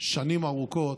שנים ארוכות,